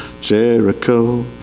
jericho